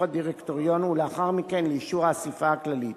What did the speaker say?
הדירקטוריון ולאחר מכן לאישור האספה הכללית.